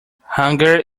hunger